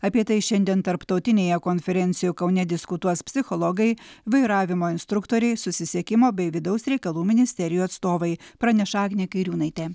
apie tai šiandien tarptautinėje konferencijoje kaune diskutuos psichologai vairavimo instruktoriai susisiekimo bei vidaus reikalų ministerijų atstovai praneša agnė kairiūnaitė